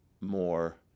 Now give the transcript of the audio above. more